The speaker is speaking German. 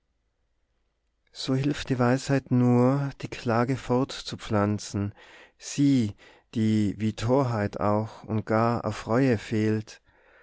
so hilft die weisheit nur die klage fortzupflanzen sie die wie torheit auch und gar auf reue fehlt